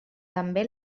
també